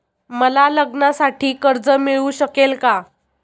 मला लग्नासाठी कर्ज मिळू शकेल का?